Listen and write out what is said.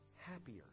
happier